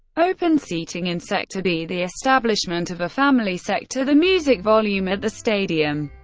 open seating in sector b, the establishment of a family sector, the music volume at the stadium,